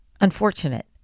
unfortunate